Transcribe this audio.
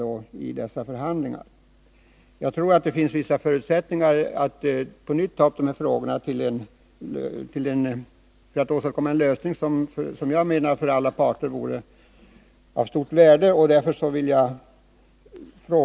Jag tror Nr 84 som sagt att det finns förutsättningar att på nytt ta upp de här frågorna till behandling för att åstadkomma en lösning, vilket enligt min mening vore av stort värde för alla parter.